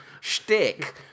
shtick